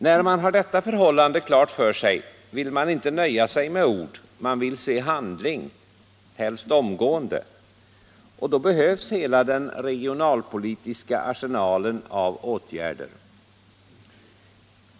När man har detta förhållande klart för sig vill man inte nöja sig med ord, utan man vill se handling, helst omgående. Och då behövs hela den regionalpolitiska arsenalen av åtgärder.